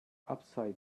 upside